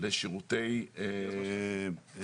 לבין שירותי גבייה.